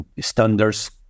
standards